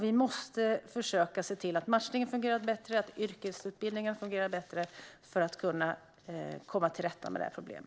Vi måste därför se till att matchning och yrkesutbildning fungerar bättre så att vi kan komma till rätta med detta problem.